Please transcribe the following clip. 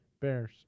Bears